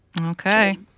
okay